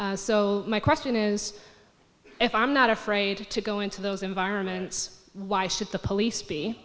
so my question is if i'm not afraid to go into those environments why should the police be